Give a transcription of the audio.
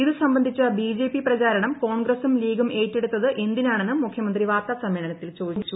ഇതു സംബന്ധിച്ച ബിജെപി പ്രചാരണം കോൺഗ്രസും ലീഗും ഏറ്റെടുത്തത് എന്തിനാണെന്നും മുഖ്യമന്ത്രി വാർത്താസമ്മേളനത്തിൽ ചോദിച്ചു